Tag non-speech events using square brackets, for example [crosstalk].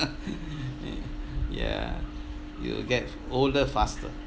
[laughs] ya you get older faster